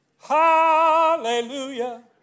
Hallelujah